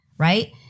right